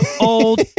old